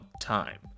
time